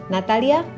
Natalia